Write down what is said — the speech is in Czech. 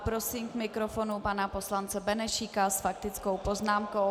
Prosím k mikrofonu pana poslance Benešíka s faktickou poznámkou.